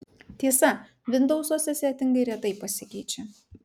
tiesa vindousuose setingai retai pasikeičia